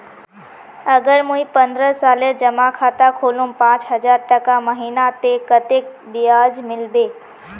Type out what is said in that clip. अगर मुई पन्द्रोह सालेर जमा खाता खोलूम पाँच हजारटका महीना ते कतेक ब्याज मिलबे?